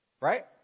Right